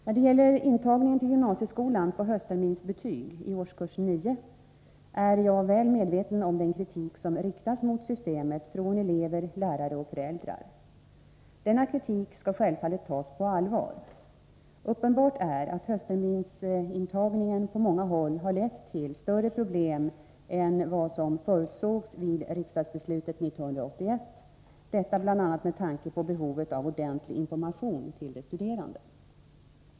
När det gäller intagningen till gymnasieskolan på höstterminsbetyg i årskurs 9 är jag väl medveten om den kritik som riktas mot systemet från elever, lärare och föräldrar. Denna kritik skall självfallet tas på allvar. Uppenbart är att höstterminsintagningen på många håll har lett till större problem än vad som förutsågs vid riksdagsbeslutet år 1981, detta bl.a. med tanke på behovet av ordentlig information till de studerande.